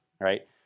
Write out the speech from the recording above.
right